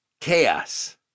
chaos